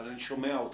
אבל אני שומע אתכם.